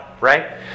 right